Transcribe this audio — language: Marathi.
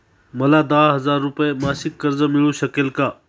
मला दहा हजार रुपये मासिक कर्ज मिळू शकेल का?